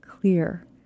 clear